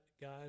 guys